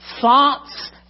Thoughts